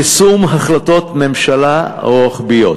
יישום החלטות ממשלה רוחביות,